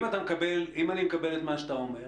אם אני מקבל את מה שאתה אומר,